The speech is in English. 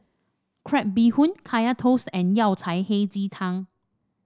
Crab Bee Hoon Kaya Toast and Yao Cai Hei Ji Tang